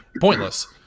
pointless